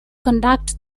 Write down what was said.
conduct